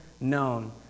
known